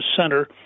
center